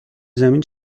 زمین